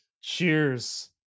cheers